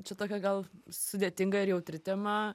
čia tokia gal sudėtinga ir jautri tema